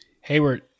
Hayward